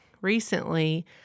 recently